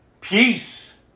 Peace